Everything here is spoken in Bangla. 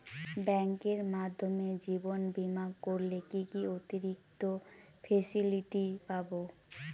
ব্যাংকের মাধ্যমে জীবন বীমা করলে কি কি অতিরিক্ত ফেসিলিটি পাব?